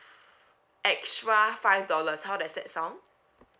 extra five dollars how does that sound